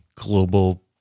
Global